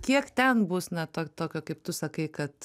kiek ten bus na ta tokio kaip tu sakai kad